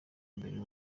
mbere